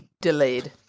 delayed